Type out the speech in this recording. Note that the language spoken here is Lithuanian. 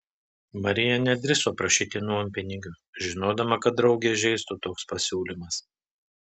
marija nedrįso prašyti nuompinigių žinodama kad draugę įžeistų toks pasiūlymas